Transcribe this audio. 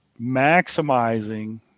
maximizing